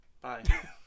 Bye